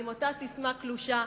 עם אותה ססמה קלושה,